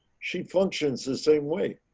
she functions the same way.